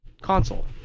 console